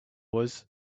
was